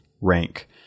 rank